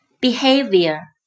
Behavior